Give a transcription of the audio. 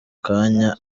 kanya